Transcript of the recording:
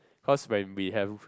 cause when we have